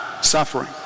suffering